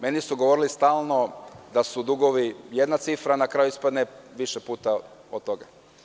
Meni su stalno govorili da su dugovi jedna cifra, a na kraju ispadne više puta od toga.